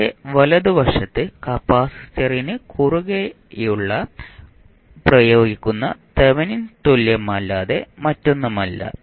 അതിന്റെ വലതുവശത്ത് കപ്പാസിറ്ററിന് കുറുകെയുള്ള പ്രയോഗിക്കുന്ന തെവെനിൻ തുല്യമല്ലാതെ മറ്റൊന്നുമല്ല